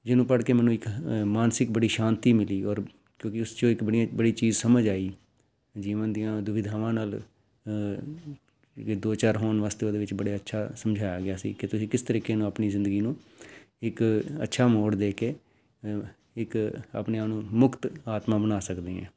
ਜਿਹਨੂੰ ਪੜ੍ਹ ਕੇ ਮੈਨੂੰ ਇੱਕ ਮਾਨਸਿਕ ਬੜੀ ਸ਼ਾਂਤੀ ਮਿਲੀ ਔਰ ਕਿਉਂਕਿ ਉਸ 'ਚੋਂ ਇੱਕ ਬੜੀਆ ਬੜੀ ਚੀਜ਼ ਸਮਝ ਆਈ ਜੀਵਨ ਦੀਆਂ ਦੁਵਿਧਾਵਾਂ ਨਾਲ ਦੋ ਚਾਰ ਹੋਣ ਵਾਸਤੇ ਉਹਦੇ ਵਿੱਚ ਬੜੇ ਅੱਛਾ ਸਮਝਾਇਆ ਗਿਆ ਸੀ ਕਿ ਤੁਸੀਂ ਕਿਸ ਤਰੀਕੇ ਨਾਲ ਆਪਣੀ ਜ਼ਿੰਦਗੀ ਨੂੰ ਇੱਕ ਅੱਛਾ ਮੋੜ ਦੇ ਕੇ ਇੱਕ ਆਪਣੇ ਆਪ ਨੂੰ ਮੁਕਤ ਆਤਮਾ ਬਣਾ ਸਕਦੇ ਹੈ